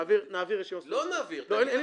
לא, עזוב אותך מהשטויות האלה, אני הולך.